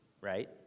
right